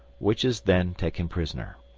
which is then taken prisoner.